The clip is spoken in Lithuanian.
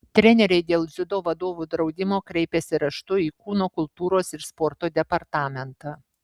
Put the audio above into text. treneriai dėl dziudo vadovų draudimo kreipėsi raštu į kūno kultūros ir sporto departamentą